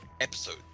episode